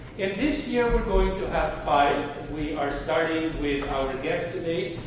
and this year, we're going to have five. we are starting with our guest today,